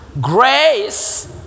grace